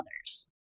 others